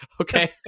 Okay